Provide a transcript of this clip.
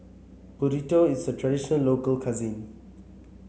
Burrito is a traditional local cuisine